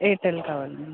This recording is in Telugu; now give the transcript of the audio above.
ఎయిర్టెల్ కావాలండి